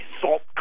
SALT